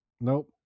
Nope